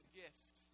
gift